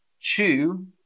chew